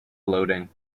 loading